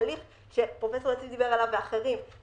תהליך שפרופ' יציב ואחרים דיברו עליו,